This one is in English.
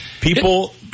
People